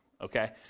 okay